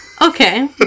Okay